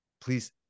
Please